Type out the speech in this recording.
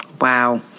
wow